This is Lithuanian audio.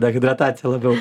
dehidratacija labiau